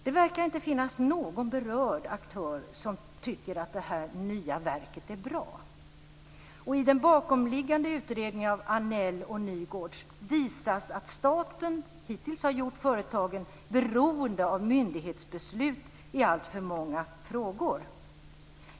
Det verkar inte finnas någon berörd aktör som tycker att det nya verket är bra. Nygårds visas att staten hittills har gjort företagaren beroende av myndighetsbeslut i alltför många frågor.